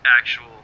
actual